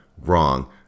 wrong